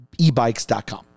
ebikes.com